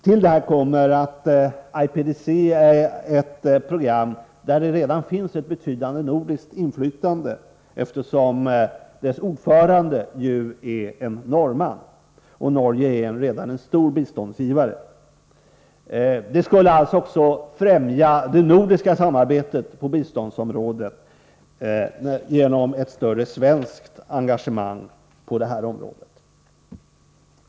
Till detta kommer att IPDC är ett program där det redan finns ett betydande nordiskt inflytande, eftersom ordföranden är en norrman och Norge redan är en stor biståndsgivare. Också det nordiska samarbetet på biståndsområdet skulle alltså främjas genom ett större svenskt engagemang på det här området.